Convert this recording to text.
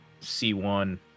C1